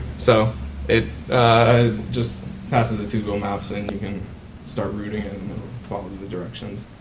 so it just passes it to google maps and you can start routeing and follow the directions.